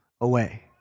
away